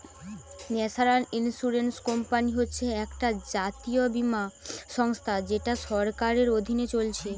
national insurance company হচ্ছে একটা জাতীয় বীমা সংস্থা যেটা সরকারের অধীনে চলছে